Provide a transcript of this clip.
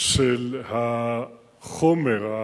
של החומר,